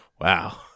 Wow